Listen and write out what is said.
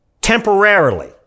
temporarily